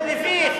זה מביך.